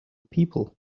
people